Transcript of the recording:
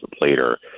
later